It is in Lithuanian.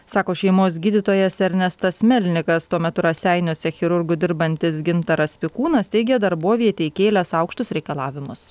sako šeimos gydytojas ernestas melnikas tuo metu raseiniuose chirurgu dirbantis gintaras pikūnas teigia darbovietei kėlęs aukštus reikalavimus